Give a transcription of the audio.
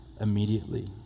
immediately